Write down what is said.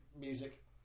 music